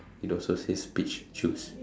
it also says peach juice